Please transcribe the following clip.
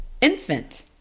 Infant